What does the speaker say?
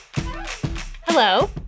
Hello